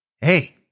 Hey